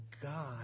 God